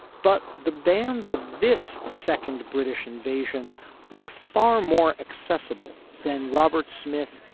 but the bands of this second british invasion were far more accessible than robert smith.